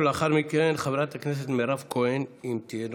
לאחר מכן, חברת הכנסת מירב כהן, אם תהיה נוכחת.